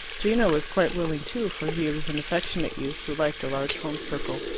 gino was quite willing too, for he was an affectionate youth who liked a large home-circle,